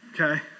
okay